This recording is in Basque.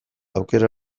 aukera